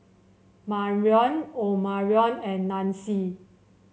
Marrion Omarion and Nanci